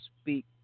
speak